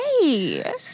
Hey